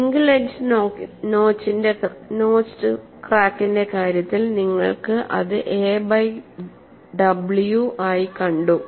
single edge notched ക്രാക്കിന്റെ കാര്യത്തിൽ നിങ്ങൾ അത് a ബൈ w ആയി കണ്ടു